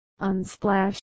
unsplash